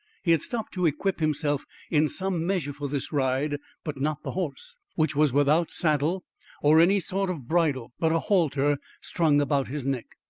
he had stopped to equip himself in some measure for this ride, but not the horse, which was without saddle or any sort of bridle but a halter strung about his neck.